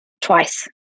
twice